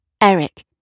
Eric